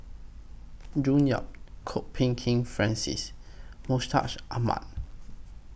June Yap Kwok Peng Kin Francis Mustaq Ahmad